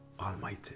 Almighty